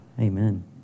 amen